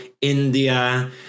India